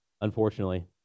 Unfortunately